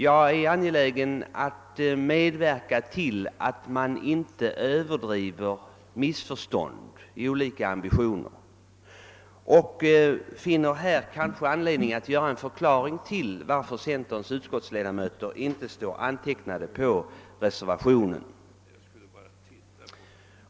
Jag är angelägen om att medverka till att man inte i sina ambitioner gör sig skyldig till missförstånd. Jag har anledning att ge en förklaring till varför centerpartiets utskottsledamöter inte står antecknade på reservationen.